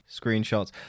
screenshots